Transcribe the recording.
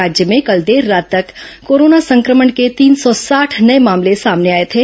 राज्य में कल देर रात तक कोरोना संक्रमण के तीन सौ साठ नये मामले सामने आए थे